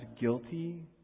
guilty